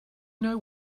know